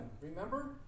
remember